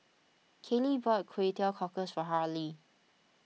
Kaylee bought Kway Teow Cockles for Harley